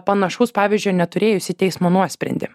panašaus pavyzdžio neturėjusį teismo nuosprendį